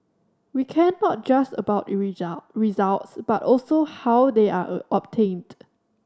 we care not just about results but also how they are obtained